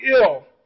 ill